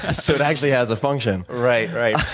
ah so it actually has a function. right. right,